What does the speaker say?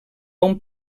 hom